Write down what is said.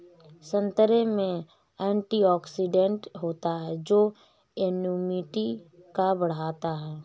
संतरे में एंटीऑक्सीडेंट होता है जो इम्यूनिटी को बढ़ाता है